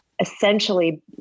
essentially